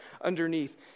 underneath